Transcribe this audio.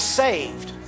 saved